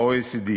ה-OECD,